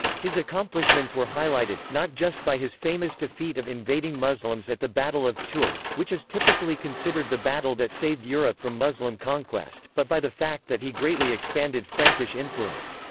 his accomplishments were highlighted, not just by his famous defeat of invading muslims at the battle of tours, which is typically considered the battle that saved europe from muslim conquest, but by the fact that he greatly expanded expanded frankish influence.